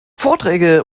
vorträge